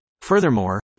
Furthermore